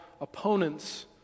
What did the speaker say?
opponents